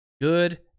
good